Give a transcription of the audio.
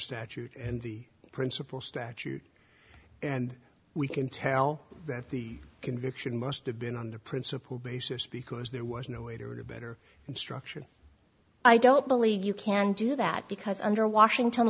statute and the principal statute and we can tell that the conviction must have been on the principle basis because there was no way to do a better structure i don't believe you can do that because under washington